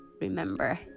Remember